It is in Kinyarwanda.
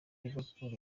liverpool